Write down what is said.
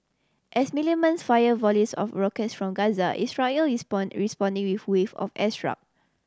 as militants fire volleys of rockets from Gaza Israel is responding with wave of